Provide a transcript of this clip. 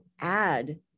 add